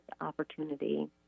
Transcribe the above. opportunity